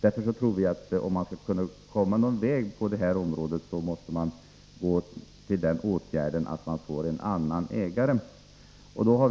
Vi tror att om man skall komma en bit på väg på detta område måste man se till att det blir en annan ägare av fastigheten.